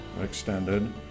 extended